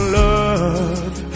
love